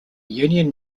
union